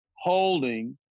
holding